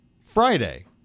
friday